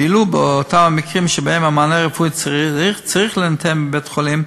ואילו באותם המקרים שבהם המענה הרפואי צריך להינתן בבית-החולים,